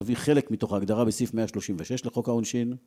והיא חלק מתוך ההגדרה בסעיף 136 לחוק העונשין.